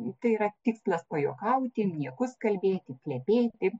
tai yra tikslas pajuokauti niekus kalbėti plepėti